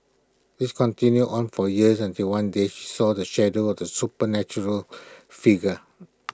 this continued on for years until one day she saw the shadow of the supernatural figure